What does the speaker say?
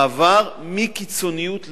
מעבר מקיצוניות לקיצוניות,